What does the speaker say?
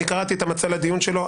אני קראתי את המצע לדיון שלו,